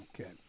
Okay